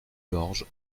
gorge